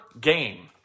game